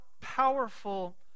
powerful